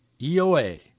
EOA